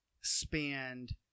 spend